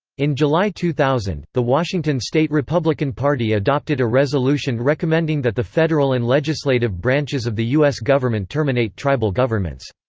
in july two thousand, the washington state republican party adopted a resolution recommending that the federal and legislative branches of the u s. government terminate tribal governments.